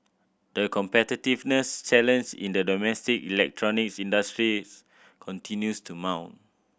the competitiveness challenge in the domestic electronics industry continues to mount